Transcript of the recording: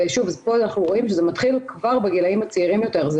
פה אנחנו רואים שזה מתחיל כבר בגילאים הצעירים יותר,